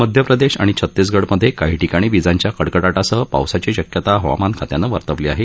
मध्यप्रदेश आणि छतीसगढमधे काही ठिकाणी विजांच्या कडकडाटासह पावसाची शक्यता हवामान खात्यानं वर्तवली आहे